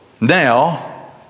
now